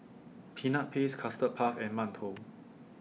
Peanut Paste Custard Puff and mantou